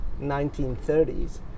1930s